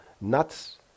nuts